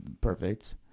perfect